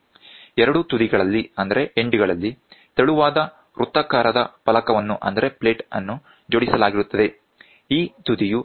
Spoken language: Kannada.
ಎರಡೂ ತುದಿಗಳಲ್ಲಿ ತೆಳುವಾದ ವೃತ್ತಾಕಾರದ ಫಲಕವನ್ನು ಜೋಡಿಸಲಾಗಿರುತ್ತದೆ ಈ ತುದಿಯು ಫಿಕ್ಸ್ ಆಗಿದೆ ಮತ್ತು ಈ ತುದಿಯು ಪಿಕ್ಸ್ ಆಗಿದೆ